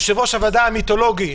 יושב-ראש הוועדה המיתולוגי,